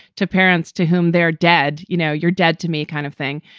to parents to whom they're dead, you know, you're dead to me kind of thing.